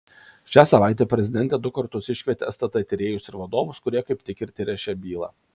šią savaitę prezidentė du kartus iškvietė stt tyrėjus ir vadovus kurie kaip tik ir tirią šią bylą